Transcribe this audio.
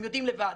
הם יודעים לבד.